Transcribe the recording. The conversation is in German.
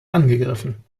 angegriffen